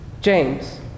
James